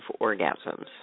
orgasms